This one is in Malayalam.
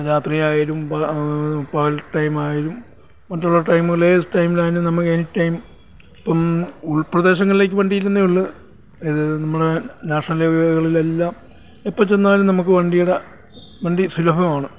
രാത്രി ആയാലും പകൽ ടൈമ് ആയാലും മറ്റുള്ള ടൈമുകളിൽ ഏത് ടൈമിലായാലും നമുക്ക് എനിടൈം ഇപ്പം ഉൾപ്രദേശങ്ങളിലേക്ക് വണ്ടി ഇല്ലന്നേയുള്ളൂ നമ്മുടെ നാഷണൽ ഹൈവേകളിലെല്ലാം എപ്പം ചെന്നാലും നമുക്ക് വണ്ടിയുടെ വണ്ടി സുലഭമാണ്